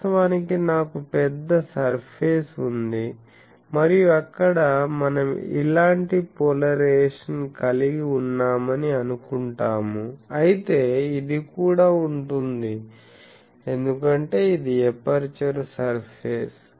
వాస్తవానికి నాకు పెద్ద సర్ఫేస్ ఉంది మరియు అక్కడ మనం ఇలాంటి పోలరైజేషన్ కలిగి ఉన్నామని అనుకుంటాము అయితే ఇది కూడా ఉంటుంది ఎందుకంటే ఇది ఎపర్చరు సర్ఫేస్